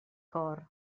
cor